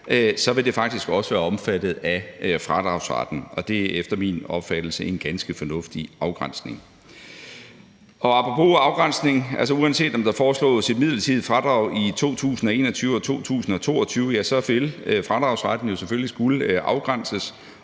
vil det faktisk også være omfattet af fradragsretten. Det er efter min opfattelse en ganske fornuftig afgrænsning, og apropos afgrænsning: Uanset om der foreslås et midlertidigt fradrag i 2021 og 2022, vil fradragsretten jo altså selvfølgelig skulle afgrænses